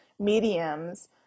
mediums